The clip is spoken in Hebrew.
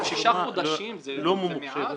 הרשומות הרפואיות שייכנסו למחירון